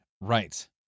Right